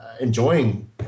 enjoying